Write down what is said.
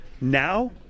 Now